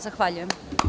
Zahvaljujem.